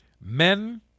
Men